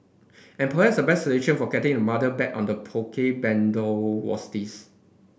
and perhaps the best solution for getting the mother back on the Poke bandwagon was this